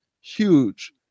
huge